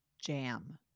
jam